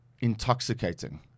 intoxicating